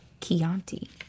Chianti